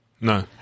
No